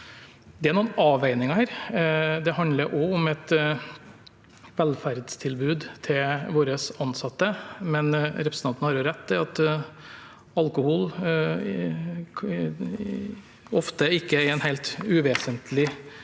Det er noen avveininger. Det handler også om et velferdstilbud til våre ansatte, men representanten har rett i at alkohol ofte ikke er en helt uvesentlig